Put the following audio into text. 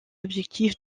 objectifs